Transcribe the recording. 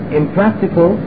impractical